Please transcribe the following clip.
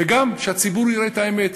וגם שהציבור יראה את האמת,